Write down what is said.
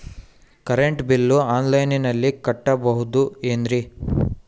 Current bill ಆನ್ಲೈನಿನಲ್ಲಿ ಕಟ್ಟಬಹುದು ಏನ್ರಿ?